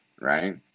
Right